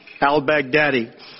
al-Baghdadi